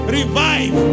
revive